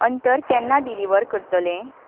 अंतर केन्ना डीलिव्हर करतले